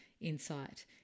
insight